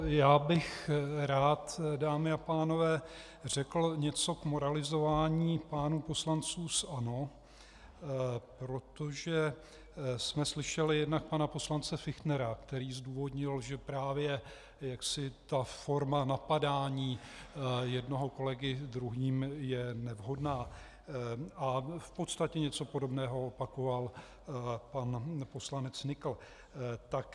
Já bych rád, dámy a pánové, řekl něco k moralizování pánů poslanců z ANO, protože jsme slyšeli jednak pana poslance Fichtnera, který zdůvodnil, že právě jaksi ta forma napadání jednoho kolegy druhým je nevhodná, a v podstatě něco podobného opakoval pan poslanec Nykl.